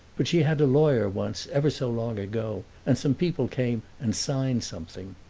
but she had a lawyer once, ever so long ago. and some people came and signed something.